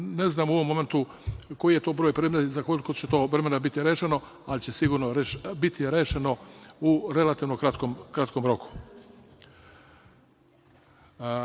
ne znam u ovom momentu koji je to broj predmeta i za koliko će to vremena biti rešeno, ali će sigurno biti rešeno u relativno kratkom roku. Ja